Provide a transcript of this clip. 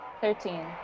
Thirteen